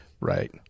Right